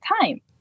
time